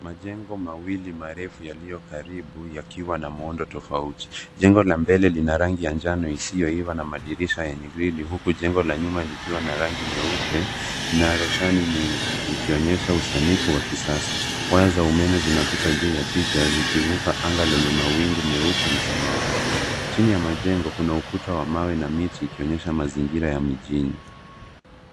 Majengo mawii marefu yaliyokaribu yakiwa na muundo tofauti. Jengo la mbele lina rangi ya njano isiyoiva na madirisha yenye grili huku jengo la nyuma likiwa na rangi nyeupe na roshani nyingi zikionyesha usanifu wa kisasa. Waya za umeme zinapita juu ya picha zikivuka anga lenye mawingu meupe na samawati. Chini ya majengo kuna ukuta wa mawe na miti ikionyesha mazingira ya mijini.